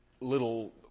little